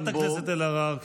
חברת הכנסת אלהרר,